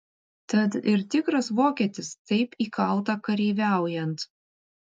tad ir tikras vokietis taip įkalta kareiviaujant